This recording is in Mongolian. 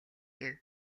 гэв